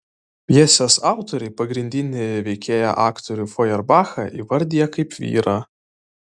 pjesės autoriai pagrindinį veikėją aktorių fojerbachą įvardija kaip vyrą